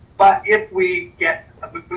but if we get.